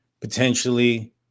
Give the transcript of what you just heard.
potentially